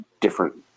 different